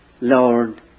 Lord